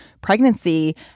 pregnancy